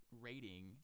rating